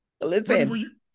Listen